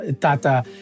Tata